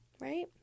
right